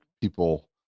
people